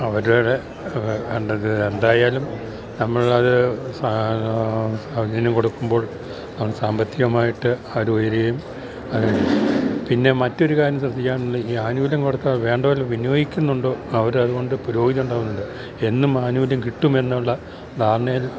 അവരുടെ വേണ്ടത് എന്തായാലും നമ്മളത് സൗജന്യം കൊടുക്കുമ്പോൾ സാമ്പത്തികമായിട്ട് അവര് ഉയരുകയും പിന്നെ മറ്റൊരു കാര്യം ശ്രദ്ധിക്കാനുള്ളത് ഈ ആനുകൂല്യം കൊടുത്താല് വേണ്ടതുപോലെ വിനിയോഗിക്കുന്നുണ്ടോ അവരതുകൊണ്ട് പുരോഗതിയുണ്ടാവുന്നുണ്ടോ എന്നും ആനുകൂല്യം കിട്ടുമെന്നുള്ള ധാരണയിൽ